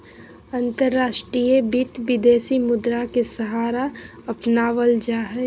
अंतर्राष्ट्रीय वित्त, विदेशी मुद्रा के सहारा अपनावल जा हई